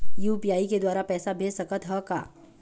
UPI के द्वारा पैसा भेज सकत ह का?